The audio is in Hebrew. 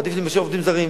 עדיף לי מאשר עובדים זרים.